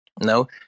No